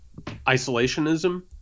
isolationism